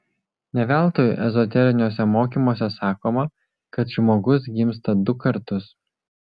ne veltui ezoteriniuose mokymuose sakoma kad žmogus gimsta du kartus